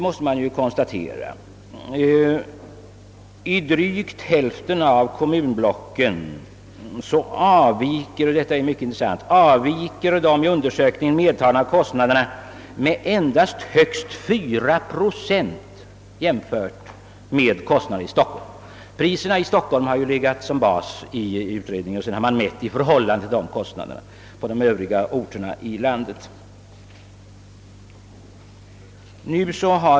I drygt hälften av kommunblocken avviker — detta är mycket intressant — de i undersökningen medtagna kostnaderna med endast högst 4 procent från kostnaderna i Stockholm. Man har ju i utredningen haft kostnaderna i Stockholm som bas och mätt i förhållande till dem på övriga orter i landet.